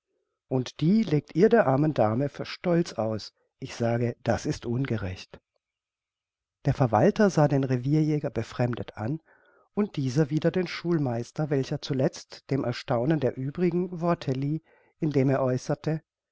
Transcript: und die legt ihr der armen dame für stolz aus ich sage das ist ungerecht der verwalter sah den revierjäger befremdet an und dieser wieder den schulmeister welcher zuletzt dem erstaunen der uebrigen worte lieh indem er äußerte